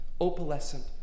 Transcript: opalescent